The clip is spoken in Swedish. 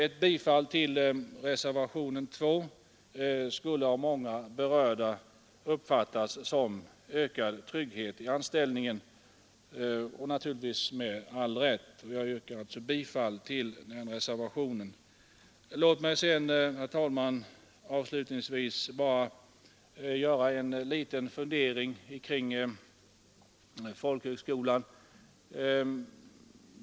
Ett bifall till reservationen 2 skulle av många berörda uppfattas som ökad trygghet i anställningen, och naturligtvis med all rätt. Jag yrkar alltså bifall till reservationen 2. Låt mig, herr talman, avslutningsvis göra en liten fundering kring folkhögskolan.